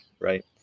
right